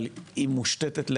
אבל מושתתת לעלייה.